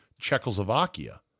Czechoslovakia